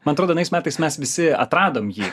man atrodo anais metais mes visi atradom jį